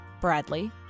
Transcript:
Bradley